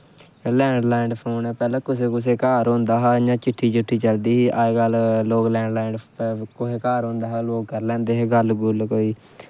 एह् line land phone पैह्लैं पह्लैं कुसै कुसै घर होंदा हा चिट्ठी चुट्ठी चलदी ही अजकल्ल लोग लैन लैंड फोन कुसै घर होंदा हा लोग करी लैंदे हे गल्ल गुल्ल कोई